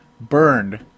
burned